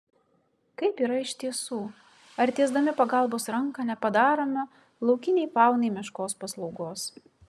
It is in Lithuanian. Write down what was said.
kaip yra iš tiesų ar tiesdami pagalbos ranką nepadarome laukiniai faunai meškos paslaugos